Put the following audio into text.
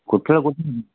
കുട്ടികൾ